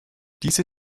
diese